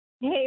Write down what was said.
Hey